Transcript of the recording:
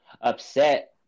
upset